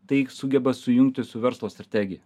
tai sugeba sujungti su verslo strategija